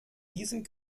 diesem